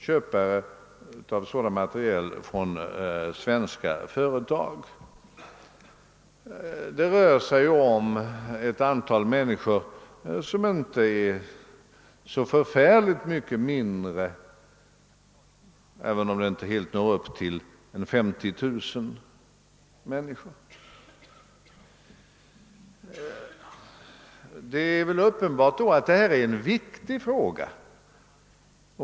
Antalet människor som på detta sätt sysselsätts når kanske inte helt upp till 50 000 men är inte särskilt mycket min dre. Det är uppenbart att detta är en viktig fråga.